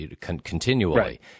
continually